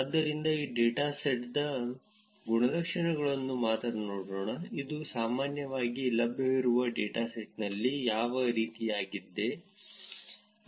ಆದ್ದರಿಂದ ಈ ಡೇಟಾದ ಗುಣಲಕ್ಷಣಗಳನ್ನು ಮಾತ್ರ ನೋಡೋಣ ಇದು ಸಾಮಾನ್ಯವಾಗಿ ಲಭ್ಯವಿರುವ ಡೇಟಾಸೆಟ್ನಲ್ಲಿ ಯಾವ ರೀತಿಯದ್ದಾಗಿದೆ